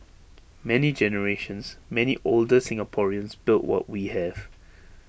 many generations many older Singaporeans built what we have